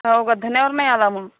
हो का धण्यावर नाही आला मग